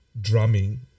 drumming